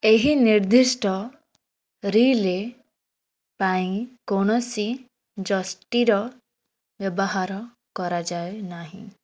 ଏହି ନିର୍ଦ୍ଦିଷ୍ଟ ରିଲେ ପାଇଁ କୌଣସି ଯଷ୍ଟିର ବ୍ୟବହାର କରାଯାଏ ନାହିଁ